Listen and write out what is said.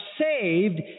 saved